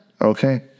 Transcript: Okay